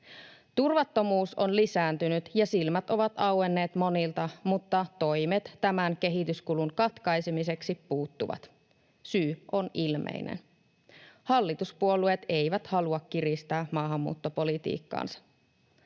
Turvattomuus on lisääntynyt ja silmät ovat auenneet monilta, mutta toimet tämän kehityskulun katkaisemiseksi puuttuvat. Syy on ilmeinen: hallituspuolueet eivät halua kiristää maahanmuuttopolitiikkaansa.